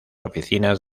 oficinas